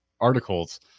articles